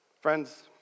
Friends